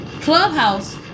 Clubhouse